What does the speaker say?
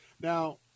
Now